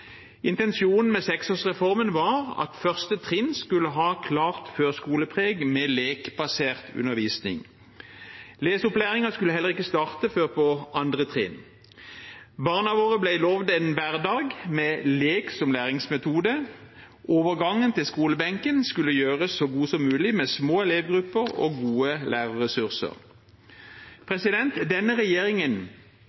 Intensjonen med seksårsreformen var at 1. trinn skulle ha et klart førskolepreg med lekbasert undervisning. Leseopplæringen skulle heller ikke starte før på 2. trinn. Barna våre ble lovet en hverdag med lek som læringsmetode, og overgangen til skolebenken skulle gjøres så god som mulig, med små elevgrupper og gode lærerressurser.